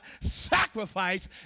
sacrifice